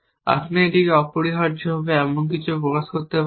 আপনি এটিকে অপরিহার্যভাবে এমন কিছু প্রকাশ করতে পারেন